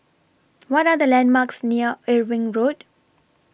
What Are The landmarks near Irving Road